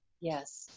Yes